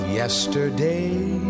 yesterday